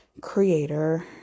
creator